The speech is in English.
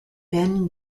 ben